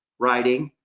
writing,